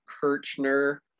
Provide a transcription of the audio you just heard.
Kirchner